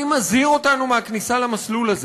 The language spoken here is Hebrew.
אני מזהיר אותנו מהכניסה למסלול הזה.